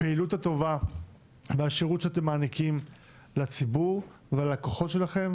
הפעילות הטובה והשירות שאתם מעניקים לציבור ועל הכוחות שלכם.